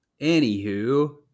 anywho